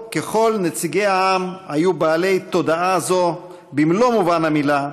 נציגי העם רובם ככולם היו בעלי תודעה זו במלוא מובן המילה,